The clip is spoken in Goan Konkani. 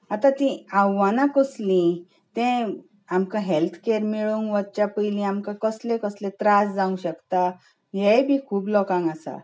आतां ती आव्हानां कसली तें आमकां हेल्थकॅर मेळूंक वचचें पयलीं आमकां कसले कसले त्रास जावंक शकता हेंय बी खूब लोकांक आसा